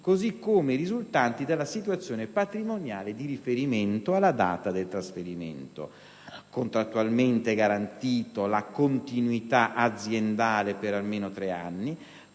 così come risultanti dalla situazione patrimoniale di riferimento alla data del trasferimento; ha contrattualmente garantito la continuità aziendale per almeno tre anni;